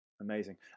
Amazing